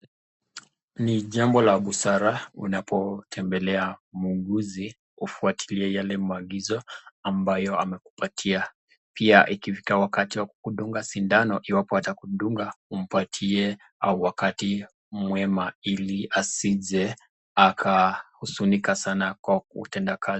Ni jambo la busara unapotembelea muuguzi ufuatilie yale maagizo ambayo amekupatia, pia ikifika wakati wa kukudunga sindano iwapo atakudunga umaptie wakati mwema, ili asije akahuzunika sana kwa utendakazi.